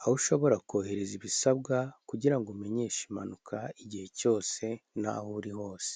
aho ushobora kohereza ibisabwa kugirango umenyeshe impanuka igihe cyose n'aho uri hose.